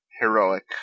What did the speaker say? heroic